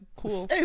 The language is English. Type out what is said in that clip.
cool